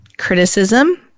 criticism